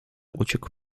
uciekł